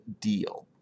deal